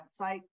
website